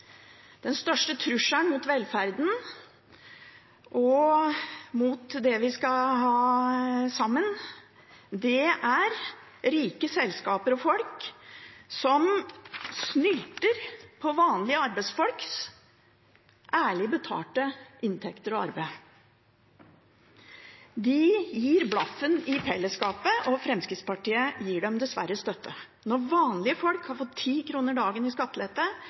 Den største trusselen mot velferden og mot det vi skal ha sammen, er rike selskaper og folk som snylter på vanlige arbeidsfolks ærlig betalte inntekter og arbeid. De gir blaffen i fellesskapet, og Fremskrittspartiet gir dem dessverre støtte. Mens vanlige folk har fått 10 kr dagen i skattelette,